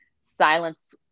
silence